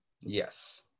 Yes